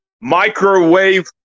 microwave